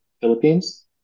Philippines